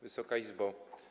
Wysoka Izbo!